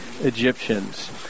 Egyptians